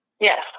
Yes